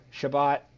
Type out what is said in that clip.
Shabbat